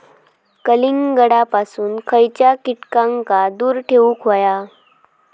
कलिंगडापासून खयच्या कीटकांका दूर ठेवूक व्हया?